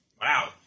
Wow